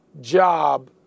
job